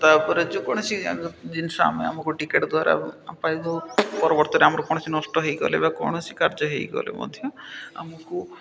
ତାପରେ ଯେକୌଣସି ଜିନିଷ ଆମେ ଆମକୁ ଟିକେଟ୍ ଦ୍ୱାରା ପାଇ ଦେଉ ପରବର୍ତ୍ତରେ ଆମର କୌଣସି ନଷ୍ଟ ହୋଇଗଲେ ବା କୌଣସି କାର୍ଯ୍ୟ ହୋଇଗଲେ ମଧ୍ୟ ଆମକୁ